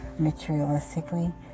materialistically